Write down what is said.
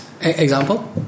Example